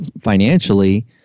financially